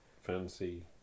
fancy